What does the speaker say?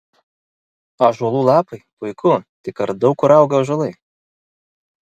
ąžuolų lapai puiku tik ar daug kur auga ąžuolai